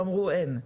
אמרו אין.